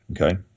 Okay